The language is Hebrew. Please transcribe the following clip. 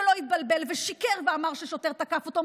שלא התבלבל ושיקר ואמר ששוטר תקף אותו,